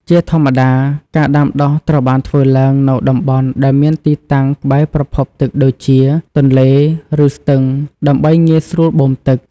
ជាធម្មតា ការដាំដុះត្រូវបានធ្វើឡើងនៅតំបន់ដែលមានទីតាំងនៅក្បែរប្រភពទឹកដូចជា ទន្លេ ឬស្ទឹង ដើម្បីងាយស្រួលបូមទឹក។